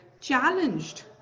challenged